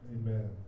amen